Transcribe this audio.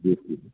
जी जी